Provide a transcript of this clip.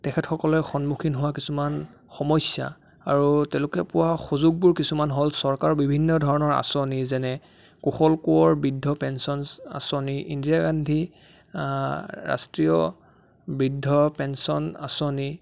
তেখেতসকলে সন্মুখীন হোৱা কিছুমান সমস্যা আৰু তেওঁলোকে পোৱা সুযোগবোৰ কিছুমান হ'ল চৰকাৰৰ বিভিন্ন ধৰণৰ আঁচনি যেনে কুশল কোঁৱৰ বৃদ্ধ পেঞ্চন আঁচনি ইন্দিৰা গান্ধী ৰাষ্ট্ৰীয় বৃদ্ধ পেঞ্চন আঁচনি